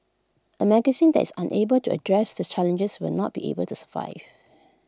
A magazine that is unable to address the challenges will not be able to survive